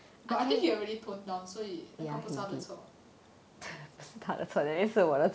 but I think he already toned down 所以那个不是他的错